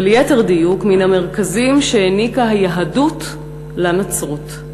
וליתר דיוק, מן המרכזיים שהעניקה היהדות לנצרות.